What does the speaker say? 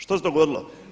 Što se dogodilo?